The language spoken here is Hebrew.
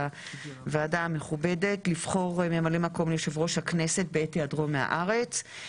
הוועדה המכובדת לבחור ממלא מקום ליושב ראש הכנסת בעת היעדרו מהארץ.